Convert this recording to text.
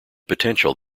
potential